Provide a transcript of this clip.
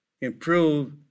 improve